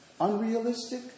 Unrealistic